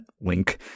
link